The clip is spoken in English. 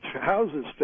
houses